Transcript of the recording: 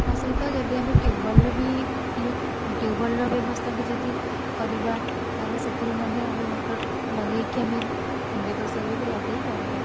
ତା'ସହିତ ଯଦି ଆମେ ଟ୍ୟୁବଲ୍ର ବି ଇଏ ଟ୍ୟୁବଲ୍ର ବ୍ୟବସ୍ଥା ବି ଯଦି କରିବା ତା'ହେଲେ ସେଥିରୁମଧ୍ୟ ଆମେ ମୋଟର୍ ଲଗାଇକି ଆମେ ବ୍ୟବସାୟରେ ବି ଲଗାଇ ପାରିବା